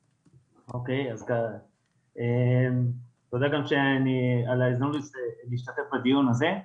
אוקיי אז תודה גם על ההזדמנות להשתתף בדיון הזה.